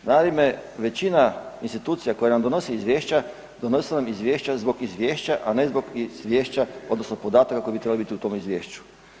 Naime, većina institucija koja nam donose izvješća donose nam izvješća zbog izvješća, a ne zbog izvješća odnosno podataka koji bi trebali biti u tom izvješću.